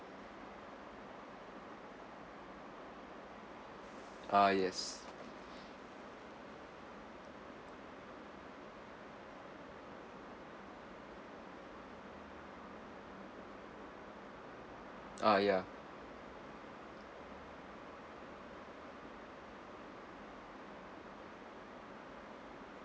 ah yes ah ya